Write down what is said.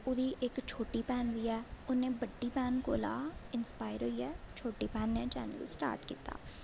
ओह्दी इक छोटी भैन बी ऐ उन्नै बड्डी भैन कोला इंस्पायर होइयै छोटी भैन ने चैनल स्टार्ट कीता